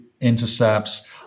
intercepts